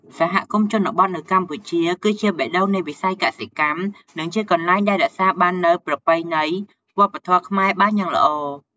សហគមន៍ជនបទនៅកម្ពុជា គឺជាបេះដូងនៃវិស័យកសិកម្ម និងជាកន្លែងដែលរក្សាបាននូវប្រពៃណីវប្បធម៌ខ្មែរបានយ៉ាងល្អ។